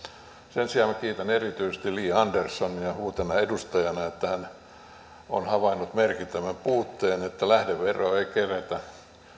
sen sijaan kiitän erityisesti li anderssonia että hän on uutena edustajana havainnut sen merkittävän puutteen että lähdeveroa ei kerätä